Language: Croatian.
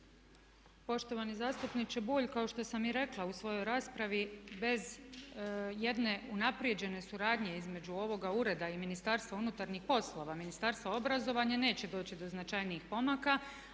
Poštovani zastupniče Bulj kao što sam i rekla u svojoj raspravi bez jedne unaprijeđene suradnje između ovoga ureda i Ministarstva unutarnjih poslova, Ministarstva obrazovanja neće doći do značajnijih pomaka.